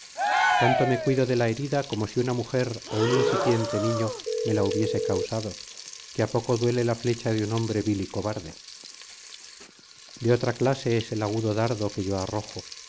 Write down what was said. tanto me cuido de la herida como si una mujer ó un insipiente niño me la hubiese causado que poco duele la flecha de un hombre vil y cobarde de otra clase es el agudo dardo que yo arrojo